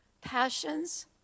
passions